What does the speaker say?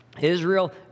Israel